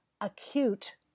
acute